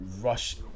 rush